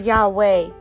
Yahweh